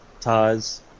Taz